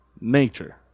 nature